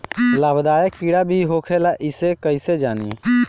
लाभदायक कीड़ा भी होखेला इसे कईसे जानी?